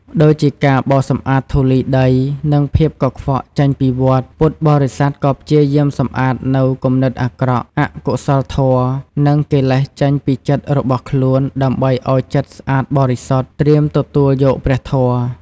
ដូចជាការបោសសម្អាតធូលីដី និងភាពកខ្វក់ចេញពីវត្ត ពុទ្ធបរិស័ទក៏ព្យាយាមសម្អាតនូវគំនិតអាក្រក់ អកុសលធម៌ និងកិលេសចេញពីចិត្តរបស់ខ្លួន ដើម្បីឱ្យចិត្តស្អាតបរិសុទ្ធ ត្រៀមទទួលយកព្រះធម៌។